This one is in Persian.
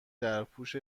درپوش